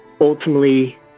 ultimately